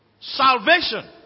salvation